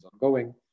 ongoing